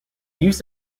use